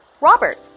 Robert